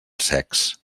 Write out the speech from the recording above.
secs